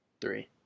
three